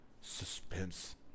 suspense